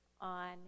on